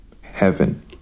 Heaven